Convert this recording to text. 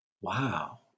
Wow